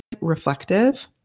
reflective